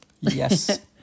Yes